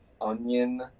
onion